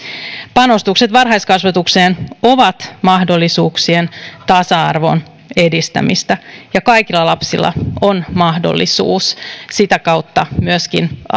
panostukset varhaiskasvatukseen ovat mahdollisuuksien tasa arvon edistämistä ja kaikilla lapsilla on mahdollisuus sitä kautta myöskin